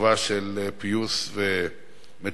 כמחווה של פיוס ומתינות.